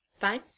Fine